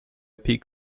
peak